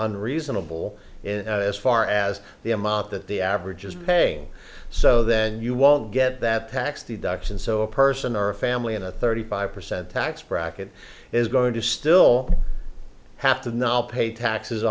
unreasonable in as far as the amount that the average is paying so then you won't get that tax deduction so a person or a family in a thirty five percent tax bracket is going to still have to not pay taxes